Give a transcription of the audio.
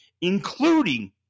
including